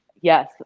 Yes